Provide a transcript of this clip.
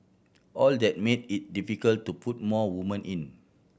all that made it difficult to put more woman in